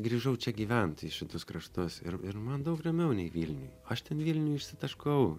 grįžau čia gyvent į šitus kraštus ir ir man daug ramiau nei vilniuj aš ten vilniuj išsitaškau